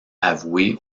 avoué